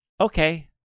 okay